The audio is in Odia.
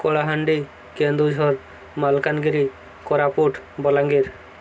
କଳାହାଣ୍ଡି କେନ୍ଦୁଝର ମାଲକାନଗିରି କୋରାପୁଟ ବଲାଙ୍ଗୀର